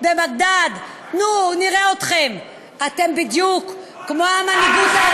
לא ככה, אוסאמה?